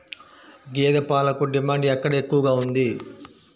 గేదె పాలకు డిమాండ్ ఎక్కడ ఎక్కువగా ఉంది?